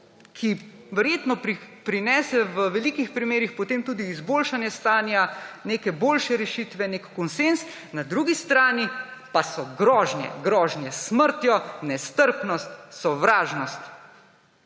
ki verjetno prinese v veliko primerih potem tudi izboljšanje stanja, neke boljše rešitve, neki konsenz, na drugi strani pa so grožnje. Grožnje s smrtjo, nestrpnost, sovražnost.